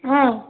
ହଁ